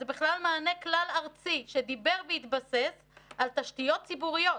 זה בכלל מענה כלל-ארצי שדיבר והתבסס על תשתיות ציבוריות.